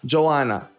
Joanna